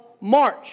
March